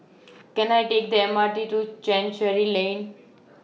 Can I Take The M R T to Chancery Lane